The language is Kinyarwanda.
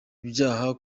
byaha